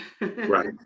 Right